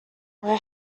where